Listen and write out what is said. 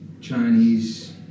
Chinese